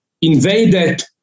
invaded